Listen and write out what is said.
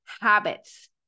habits